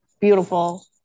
beautiful